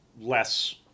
less